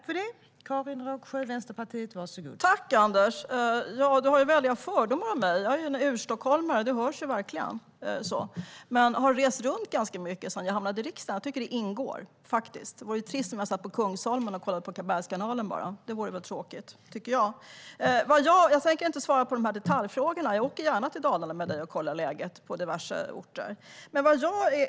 Fru talman! Tack för frågan, Anders! Du har väldiga fördomar om mig. Jag är urstockholmare, vilket verkligen hörs, men jag har rest runt ganska mycket sedan jag hamnade i riksdagen. Jag tycker att det ingår, faktiskt - det vore ju trist om jag bara satt på Kungsholmen och kollade på Karlbergskanalen. Det vore tråkigt, tycker jag. Jag tänker inte svara på detaljfrågorna, men jag åker gärna till Dalarna och kollar läget på diverse orter med dig, Anders.